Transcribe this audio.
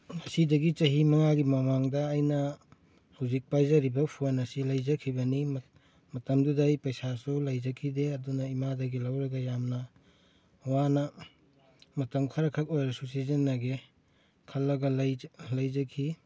ꯉꯁꯤꯗꯒꯤ ꯆꯍꯤ ꯃꯉꯥꯒꯤ ꯃꯃꯥꯡꯗ ꯑꯩꯅ ꯍꯧꯖꯤꯛ ꯄꯥꯏꯖꯔꯤꯕ ꯐꯣꯟ ꯑꯁꯤ ꯂꯩꯖꯈꯤꯕꯅꯤ ꯃꯇꯝꯗꯨꯗ ꯑꯩ ꯄꯩꯁꯥꯁꯨ ꯂꯩꯖꯈꯤꯗꯦ ꯑꯗꯨꯅ ꯏꯃꯥꯗꯒꯤ ꯂꯧꯔꯒ ꯌꯥꯝꯅ ꯋꯥꯅ ꯃꯇꯝ ꯈꯔꯈꯛ ꯑꯣꯏꯔꯁꯨ ꯁꯤꯖꯤꯟꯅꯒꯦ ꯈꯜꯂꯒ ꯂꯩꯖꯈꯤ